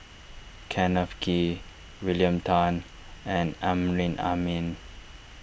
Kenneth Kee William Tan and Amrin Amin